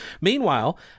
Meanwhile